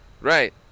Right